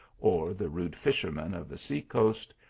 or the rude fishermen of the sea coast,